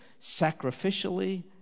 sacrificially